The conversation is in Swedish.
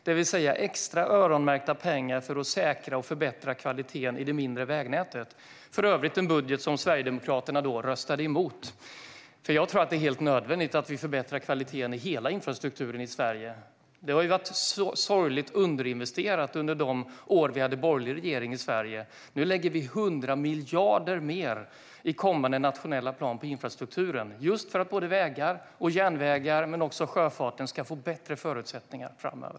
Det innebär extra öronmärkta pengar för att säkra och förbättra kvaliteten i det mindre vägnätet. Det var för övrigt en budget som Sverigedemokraterna röstade emot. Jag tror att det är helt nödvändigt att förbättra kvaliteten i hela Sveriges infrastruktur. Den blev sorgligt underfinansierad under de år då vi hade borgerlig regering i Sverige. Nu lägger vi 100 miljarder mer i den kommande nationella planen för infrastrukturen för att både vägar och järnvägar men också sjöfarten ska få bättre förutsättningar framöver.